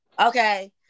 Okay